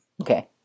Okay